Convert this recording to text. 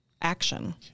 action